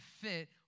fit